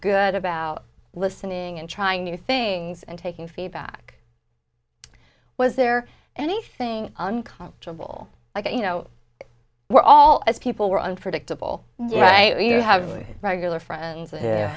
good about listening and trying new things and taking feedback was there anything uncomfortable like you know we're all as people we're unpredictable right now you have regular friends